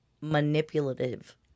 manipulative